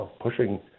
pushing